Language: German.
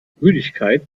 müdigkeit